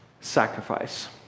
sacrifice